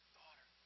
daughter